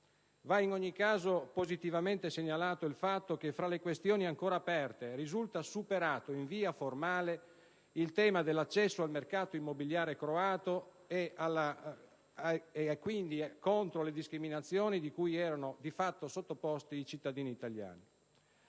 Va in ogni caso positivamente segnalato il fatto che, fra le questioni ancora aperte, risulta superato in via formale il tema dell'accesso al mercato immobiliare croato e delle discriminazioni cui erano di fatto sottoposti i cittadini italiani.